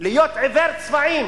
להיות עיוור צבעים